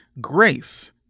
Grace